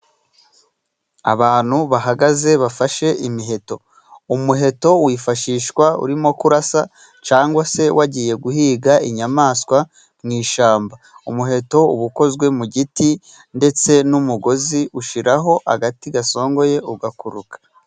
Abantu bahagaze bafashe imiheto, umuheto wifashishwa urimo kurasa cyangwa se wagiye guhiga inyamaswa mu ishyamba. umuheto uba ukozwe mu giti ndetse n'umugozi, ushyiraho agati gasongoye ugakururuka.